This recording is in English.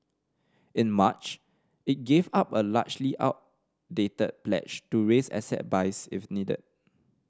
in March it gave up a largely outdated pledge to raise asset buys if needed